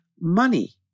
money